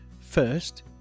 First